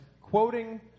quoting